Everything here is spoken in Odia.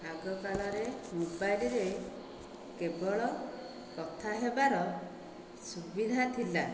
ଆଗକାଳରେ ମୋବାଇଲ୍ରେ କେବଳ କଥା ହେବାର ସୁବିଧା ଥିଲା